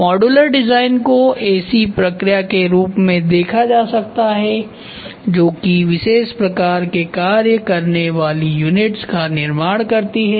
modular design को ऐसी प्रक्रिया के रूप में देखा जा सकता है जो की विशेष प्रकार के कार्य करने वाली यूनिट्स का निर्माण करती है